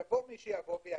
יבוא מי שיבוא ויגיד: